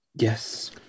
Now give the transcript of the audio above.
yes